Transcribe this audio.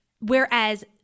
Whereas